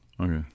Okay